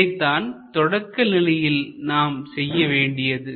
இதைத்தான் தொடக்க நிலையில் நாம் செய்ய வேண்டியது